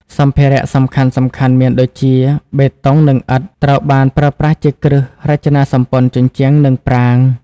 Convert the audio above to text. សម្ភារៈសំខាន់ៗមានដូចជា បេតុង និងឥដ្ឋ: ត្រូវបានប្រើប្រាស់ជាគ្រឹះ រចនាសម្ព័ន្ធជញ្ជាំង និងប្រាង្គ។